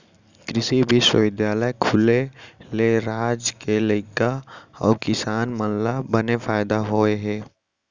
कृसि बिस्वबिद्यालय खुले ले राज के लइका अउ किसान मन ल बने फायदा होय हे